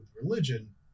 religion